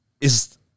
is-